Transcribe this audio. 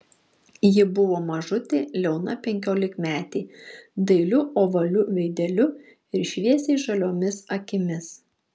ji buvo mažutė liauna penkiolikmetė dailiu ovaliu veideliu ir šviesiai žaliomis akimis